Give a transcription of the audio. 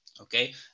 okay